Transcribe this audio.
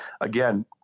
again